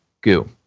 goo